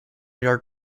yard